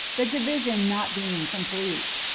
the division not being complete.